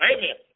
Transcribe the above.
Amen